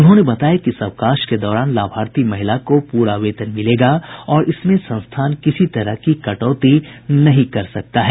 उन्होंने बताया कि इस अवकाश के दौरान लाभार्थी महिला को पूरा वेतन मिलेगा और इसमें संस्थान किसी तरह की कटौती नहीं कर सकता है